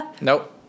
Nope